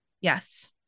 Yes